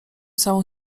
całą